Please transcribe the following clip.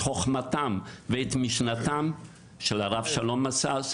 את חוכמתם ואת משנתם של הרב שלום משאש,